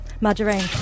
Margarine